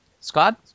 scott